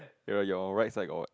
your your right side got